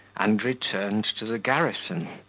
and returned to the garrison,